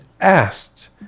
asked